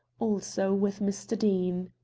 also with mr. deane.